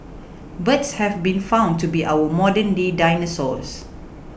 birds have been found to be our modernday dinosaurs